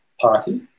party